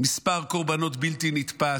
מספר קורבנות בלתי נתפס,